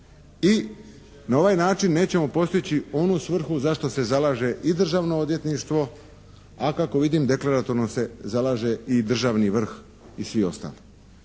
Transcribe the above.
i na ovaj način nećemo postići onu svrhu za što se zalaže i Državno odvjetništvo a kako vidim deklaratorno se zalaže državni vrh i svi ostali.